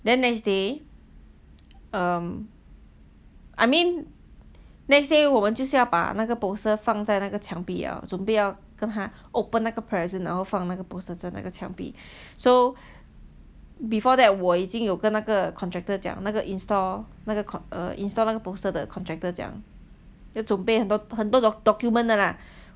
then next day um I mean next day 我们就是要把那个 poster 放在那个墙壁了准备要跟他 open 那个 present 然后放那个 poster 在那个墙壁 so before that 我已经有跟那个 contractor 跟那个 install 那个 poster 的 contractor 讲要准备很多很多 document 的 lah